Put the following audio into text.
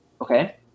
Okay